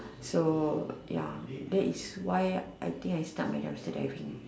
so ya that is why I think I start my dumpster diving